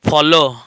follow